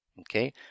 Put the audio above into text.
Okay